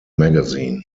magazine